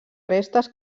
restes